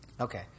Okay